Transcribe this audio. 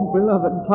Beloved